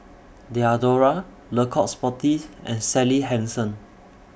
Diadora Le Coq Sportif and Sally Hansen